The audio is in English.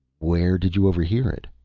where did you overhear it?